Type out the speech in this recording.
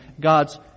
God's